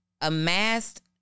amassed